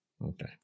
Okay